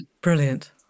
Brilliant